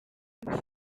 cyo